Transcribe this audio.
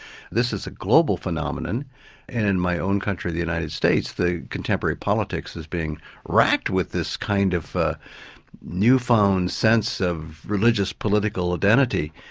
this is a global phenomenon and my own country of the united states, the contemporary politics is being wracked with this kind of newfound sense of religious political identity.